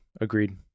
Agreed